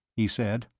he said.